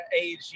age